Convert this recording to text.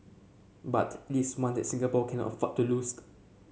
but it is one that Singapore cannot afford to loosed